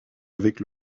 avec